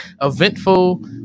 eventful